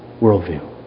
worldview